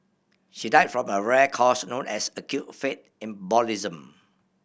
she died from a rare cause known as acute fat embolism